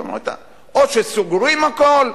אמרת: או שסוגרים הכול,